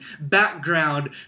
background